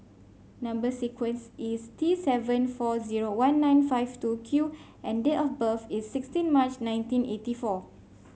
number sequence is T seven four zero one nine five two Q and date of birth is sixteen March nineteen eighty four